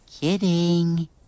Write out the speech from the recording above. Kidding